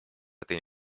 этой